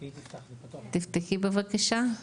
קודם כל תודה על הזכות להשתתף בדיון המאוד מאוד חשוב הזה מבחינתי,